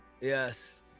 Yes